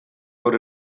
gaur